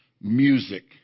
music